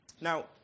Now